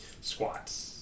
Squats